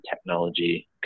technology